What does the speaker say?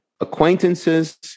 acquaintances